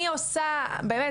אני עושה באמת,